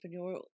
entrepreneurial